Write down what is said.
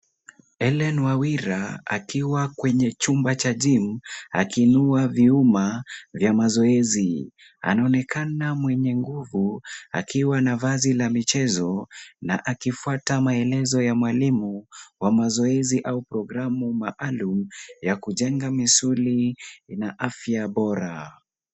Hellen Wawira akiwa kwenye chumba cha gym akiinua vyuma vya mazoezi. Anaonekana mwenye nguvu akiwa na vazi la michezo na akifuata maelezo ya mwalimu wa mazoezi au programu maalum ya kujenga misuli na afya bora.